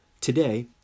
Today